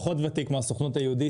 פחות ותיק מהסוכנות היהודית,